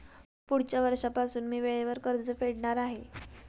पुढच्या वर्षीपासून मी वेळेवर कर्ज फेडणार आहे